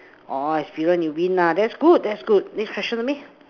orh experience you win ah that's good that's good next question to me